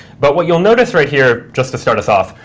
but what you'll notice right here just to start us off,